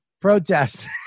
Protest